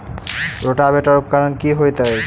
Rotavator उपकरण की हएत अछि?